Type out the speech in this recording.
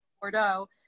Bordeaux